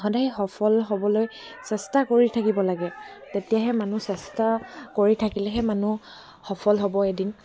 সদায় সফল হ'বলৈ চেষ্টা কৰি থাকিব লাগে তেতিয়াহে মানুহ চেষ্টা কৰি থাকিলেহে মানুহ সফল হ'ব এদিন